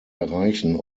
erreichen